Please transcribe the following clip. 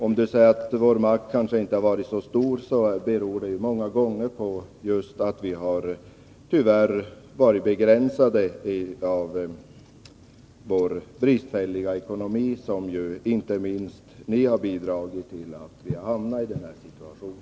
Om vår makt kanske inte har varit så stor har det många gånger berott just på att våra möjligheter dess värre har begränsats av vår bristfälliga ekonomi. Inte minst ni har bidragit till att vi har hamnat i den situationen.